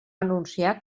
anunciar